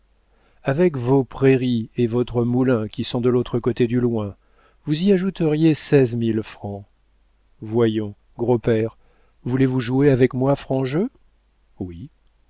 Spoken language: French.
avec vos prairies et votre moulin qui sont de l'autre côté du loing vous y ajouteriez seize mille francs voyons gros père voulez-vous jouer avec moi franc jeu oui